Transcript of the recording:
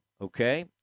okay